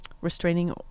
restraining